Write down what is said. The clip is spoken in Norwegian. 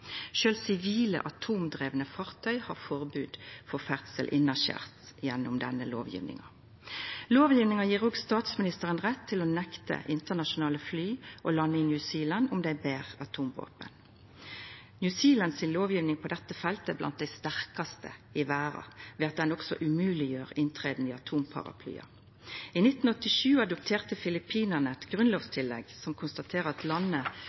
sivile, atomdrivne fartøy har forbod mot ferdsel innanskjers gjennom denne lovgjevinga. Lovgjevinga gjev òg statsministeren rett til å nekta internasjonale fly å landa i New Zealand om dei ber atomvåpen. New Zealands lovgjeving på dette feltet er blant dei sterkaste i verda, ved at ho også gjer innsteg i atomparaplyar umoglege. I 1987 adopterte Filippinane eit grunnlovstillegg som konstaterer at landet